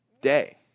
day